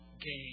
game